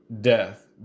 death